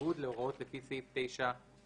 בניגוד הוראות לפי סעיף 9ד(ה)."